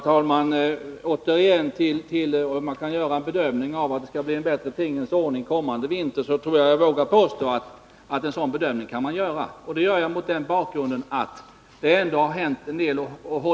Hösten 1980 ställde jag en fråga till jordbruksministern angående möjligheten att snabbt förändra skördeskadeskyddet, bl.a. i så måtto att flera grödor kunde ingå i skyddet.